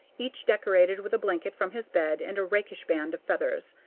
each decorated with a blanket from his bed and a rakish band of feathers.